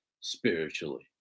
spiritually